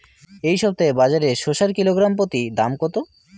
এই সপ্তাহে বাজারে শসার কিলোগ্রাম প্রতি দাম কত?